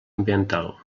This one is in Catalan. ambiental